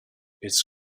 its